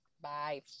Bye